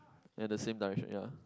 ya the same direction ya